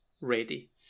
ready